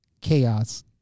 chaos